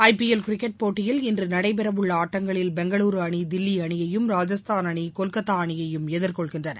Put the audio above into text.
ஐ P L cricket போட்டியில் இன்று நடைபெறவுள்ள ஆட்டங்களில் பெங்களுரு அணி தில்லி அணியையும் ராஜஸ்தான் அணி கொல்கத்தா அணியையும் எதிர்கொள்கின்றன